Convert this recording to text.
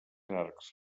arcs